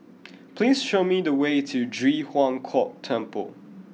please show me the way to Ji Huang Kok Temple